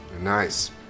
Nice